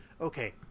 Okay